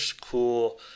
cool